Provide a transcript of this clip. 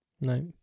no